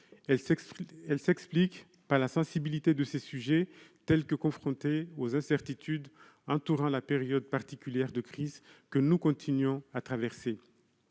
Elles s'expliquent par la sensibilité de ces sujets, confrontée aux incertitudes liées à la période particulière de crise que nous continuons à traverser.